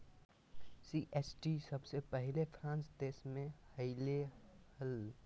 GST सबसे पहले France देश मे अइले हल